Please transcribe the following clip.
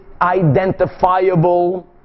identifiable